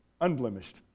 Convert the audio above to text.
unblemished